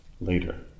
later